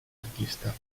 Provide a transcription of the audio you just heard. artista